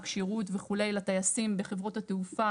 כשירות וכו' לטייסים בחברות התעופה